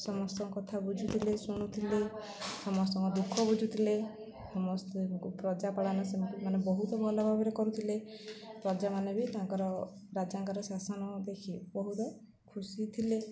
ସମସ୍ତଙ୍କ କଥା ବୁଝୁଥିଲେ ଶୁଣୁଥିଲେ ସମସ୍ତଙ୍କ ଦୁଃଖ ବୁଝୁଥିଲେ ସମସ୍ତଙ୍କୁ ପ୍ରଜା ପାଳନ ମାନେ ବହୁତ ଭଲ ଭାବରେ କରୁଥିଲେ ପ୍ରଜାମାନେ ବି ତାଙ୍କର ରାଜାଙ୍କର ଶାସନ ଦେଖି ବହୁତ ଖୁସି ଥିଲେ